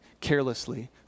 carelessly